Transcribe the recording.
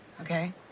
okay